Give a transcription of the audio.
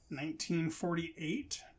1948